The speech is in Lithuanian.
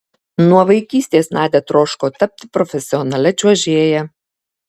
nuo vaikystės nadia troško tapti profesionalia čiuožėja